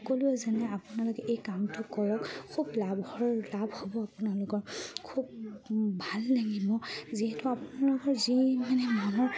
সকলোৱে যেনে আপোনালোকে এই কামটো কৰক খুব লাভৰ লাভ হ'ব আপোনালোকৰ খুব ভাল লাগিব যিহেতু আপোনালোকৰ যি মানে মনৰ